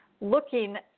looking